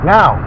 Now